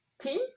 team